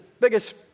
Biggest